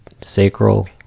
sacral